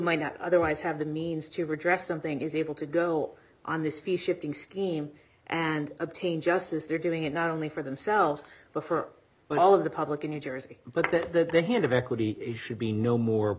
might not otherwise have the means to redress something is able to go on this fee shifting scheme and obtain justice they're doing it not only for themselves but for when all of the public in new jersey but that the hand of equity should be no more